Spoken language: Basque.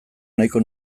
nahiko